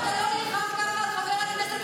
למה אתה לא נלחם ככה על חבר הכנסת קרויזר,